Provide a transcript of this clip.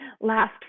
last